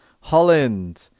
Holland